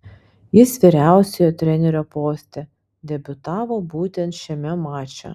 jis vyriausiojo trenerio poste debiutavo būtent šiame mače